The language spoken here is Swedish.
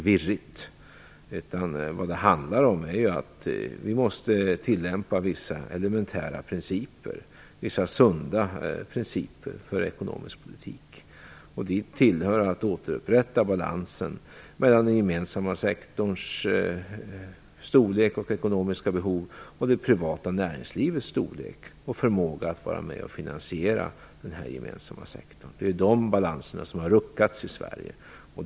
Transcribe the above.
Vi måste tillämpa vissa elementära principer - vissa sunda principer - Dit hör att återupprätta balansen mellan den gemensamma sektorns storlek och ekonomiska behov och det privata näringslivets storlek och förmåga att vara med och finansiera den gemensamma sektorn. Det är de balanserna som har ruckats i Sverige.